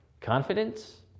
Confidence